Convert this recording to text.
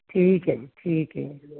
ਠੀਕ ਐ ਜੀ ਠੀਕ ਐ